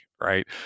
Right